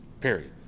Period